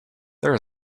there